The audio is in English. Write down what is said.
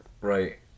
Right